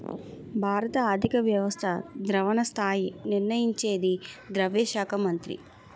భారత ఆర్థిక వ్యవస్థ ద్రవణ స్థాయి నిర్ణయించేది ద్రవ్య శాఖ మంత్రి